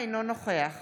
אינו נוכח